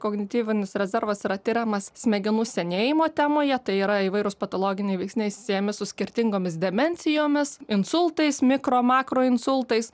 kognityvinis rezervas yra tiriamas smegenų senėjimo temoje tai yra įvairūs patologiniai veiksniai siejami su skirtingomis demencijomis insultais mikro makro insultais